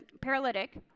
paralytic